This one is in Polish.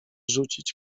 rzucić